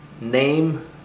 name